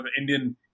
Indian